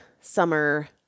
summer